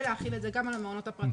ולהחיל את זה גם על המעונות הפרטיים.